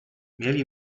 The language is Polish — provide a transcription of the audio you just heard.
mieli